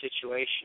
situation